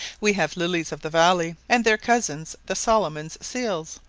we have lilies of the valley, and their cousins the solomon's seals,